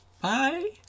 Bye